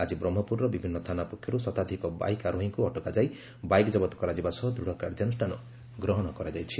ଆକି ବ୍ରହ୍କପୁରର ବିଭିନୁ ଥାନା ପକ୍ଷରୁ ଶତାଧିକ ବାଇକ୍ ଆରୋହୀଙ୍କୁ ଅଟକାଯାଇ ବାଇକ୍ କବତ କରାଯିବା ସହ ଦୃତ୍ କାର୍ଯ୍ୟାନୁଷାନ ଗ୍ରହଣ କରାଯାଇଛି